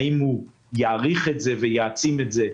האם הוא יאריך ויעצים את זה,